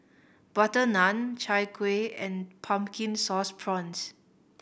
Butter Naan Chai Kuih and Pumpkin Sauce Prawns